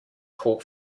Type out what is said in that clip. caught